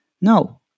No